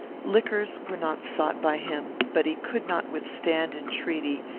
liquors were not sought by him but he could not withstand entreaty,